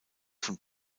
von